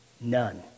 None